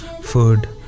food